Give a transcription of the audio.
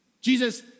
Jesus